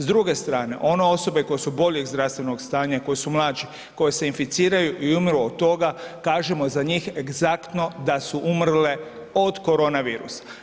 S druge strane, one osobe koje su boljeg zdravstvenog stanja, koje su mlađi, koje se inficiraju i umru od toga, kažemo za njih egzaktno da su umrle „od“ koronavirusa.